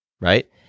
right